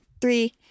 Three